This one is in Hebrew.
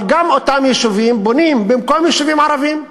אבל גם את אותם יישובים בונים במקום יישובים ערביים.